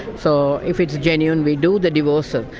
so if it's genuine we do the divorces.